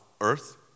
earth